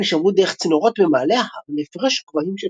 המים נשאבו דרך צינורות במעלה ההר להפרש גבהים